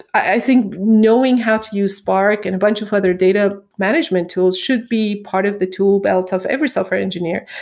i think knowing how to use spark and a bunch of other data management tools should be part of the tool belt of every software engineer.